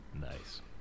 Nice